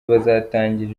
bazatangira